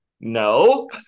no